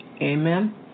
amen